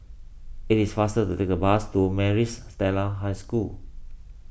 it is faster to take the bus to Maris Stella High School